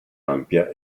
ampia